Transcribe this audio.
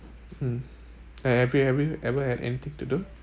mm have have you have you ever had anything to do